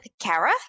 Kara